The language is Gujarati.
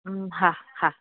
હ હા હા